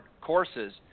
courses